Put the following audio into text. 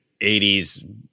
80s